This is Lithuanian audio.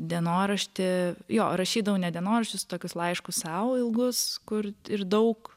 dienoraštį jo rašydavau ne dienoraščius tokius laiškus sau ilgus kur ir daug